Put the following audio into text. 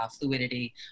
fluidity